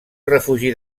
refugi